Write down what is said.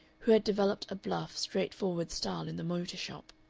who had developed a bluff, straightforward style in the motor shop.